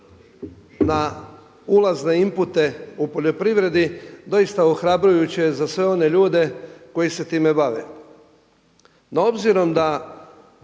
na ulazne impute u poljoprivredi doista ohrabrujuće za sve one ljude koji se time bave. No obzirom da